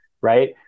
right